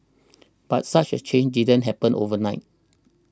but such a change didn't happen overnight